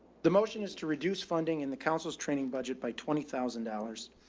the motion is to reduce funding in the council's training budget by twenty thousand dollars.